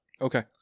Okay